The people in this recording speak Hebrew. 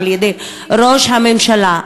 של ראש הממשלה,